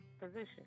position